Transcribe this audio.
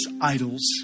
idols